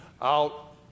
out